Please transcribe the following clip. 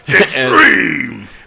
Extreme